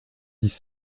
dix